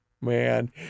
man